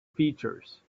features